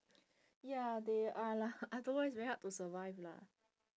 ya they are lah otherwise very hard to survive lah